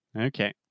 Okay